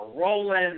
rolling